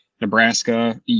Nebraska